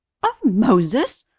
of moses!